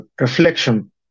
reflection